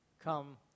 come